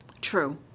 True